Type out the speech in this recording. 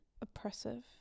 oppressive